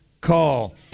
call